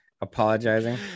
apologizing